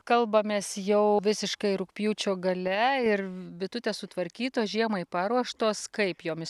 kalbamės jau visiškai rugpjūčio gale ir bitutės sutvarkytos žiemai paruoštos kaip jomis